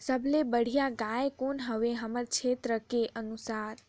सबले बढ़िया गाय कौन हवे हमर क्षेत्र के अनुसार?